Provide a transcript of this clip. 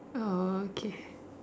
orh okay